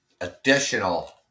additional